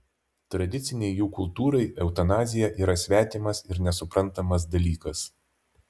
tradicinei jų kultūrai eutanazija yra svetimas ir nesuprantamas dalykas